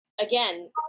again